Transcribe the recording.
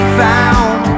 found